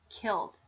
killed